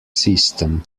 system